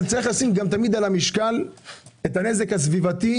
אבל יש לשים על המשקל את הנזק הסביבתי